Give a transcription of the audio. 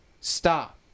stop